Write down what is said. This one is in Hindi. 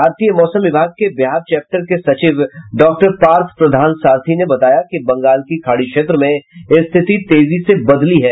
भारतीय मौसम विभाग के बिहार चैप्टर के सचिव डॉक्टर पार्थ प्रधान सारथी ने बताया कि बंगाल की खाड़ी क्षेत्र में स्थिति तेजी से बदली है